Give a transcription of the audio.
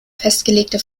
festgelegte